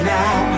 now